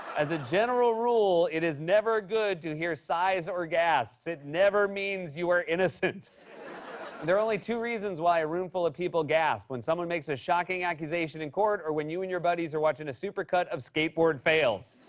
as a general rule, it is never good to hear sighs or gasps. it never means you are innocent. and there are only two reasons why a roomful of people gasp when someone makes a shocking accusation in court, or when you and your buddies are watching a super cut of skateboard fails.